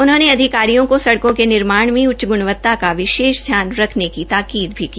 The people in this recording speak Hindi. उन्होंने अधिकारियों को सड़कों के निर्माण में उच्च ग्णवत्ता का विशेष ध्यान रखने की ताकीद भी की